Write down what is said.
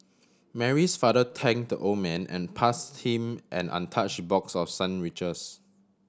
Mary's father thank the old man and pass him an untouch box of sandwiches